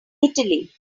italy